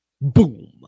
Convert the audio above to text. Boom